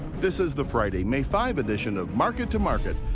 this is the friday, may five edition of market to market,